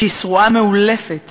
כשהיא שרועה מעולפת